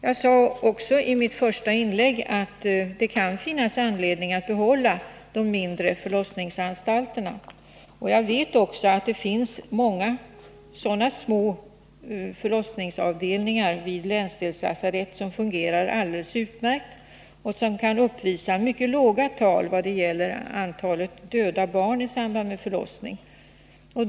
Jag sade i mitt första inlägg att det kan finnas anledning att behålla de mindre förlossningsanstalterna, och jag vet också att det finns många sådana små förlossningsavdelningar vid länsdelslasarett som fungerar alldeles utmärkt och som kan uppvisa mycket låga tal vad gäller antalet döda barn i samband med förlossning.